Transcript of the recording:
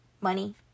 money